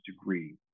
degree